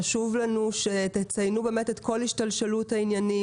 חשוב לנו שתציינו את כל השתלשלות העניינים,